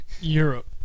Europe